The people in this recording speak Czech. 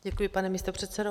Děkuji, pane místopředsedo.